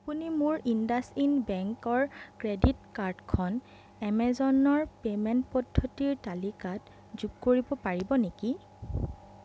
আপুনি মোৰ ইণ্ডাচইণ্ড বেংকৰ ক্ৰেডিট কাৰ্ডখন এমেজনৰ পে'মেণ্ট পদ্ধতিৰ তালিকাত যোগ কৰিব পাৰিব নেকি